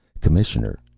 commissioner,